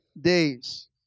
days